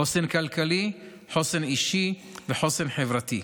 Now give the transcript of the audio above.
חוסן כלכלי, חוסן אישי וחוסן חברתי.